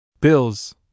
Bills